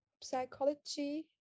psychology